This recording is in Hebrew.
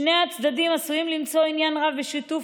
שני הצדדים עשויים למצוא עניין רב בשיתוף